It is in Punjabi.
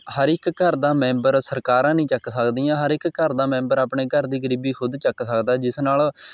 ਹਰ ਇੱਕ ਘਰ ਦਾ ਮੈਂਬਰ ਸਰਕਾਰਾਂ ਨਹੀਂ ਚੱਕ ਸਕਦੀਆਂ ਹਰ ਇੱਕ ਘਰ ਦਾ ਮੈਂਬਰ ਆਪਣੇ ਘਰ ਦੀ ਗਰੀਬੀ ਖੁਦ ਚੱਕ ਸਕਦਾ ਜਿਸ ਨਾਲ਼